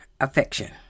affection